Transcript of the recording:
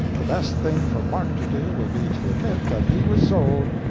the best thing for mark to do will be to admit that he was sold,